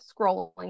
scrolling